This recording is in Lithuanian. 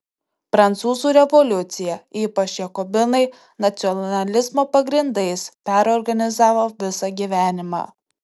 prancūzų revoliucija ypač jakobinai nacionalizmo pagrindais perorganizavo visą gyvenimą